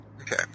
Okay